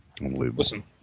listen